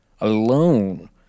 alone